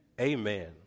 amen